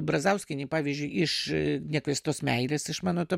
brazauskienei pavyzdžiui iš nekviestos meilės iš mano to